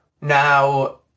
Now